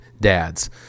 dads